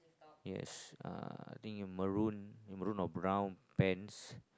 yes uh I think in maroon in maroon or brown pants